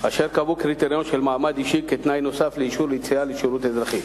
אשר קבעו קריטריון של מעמד אישי כתנאי נוסף לאישור יציאה לשירות אזרחי.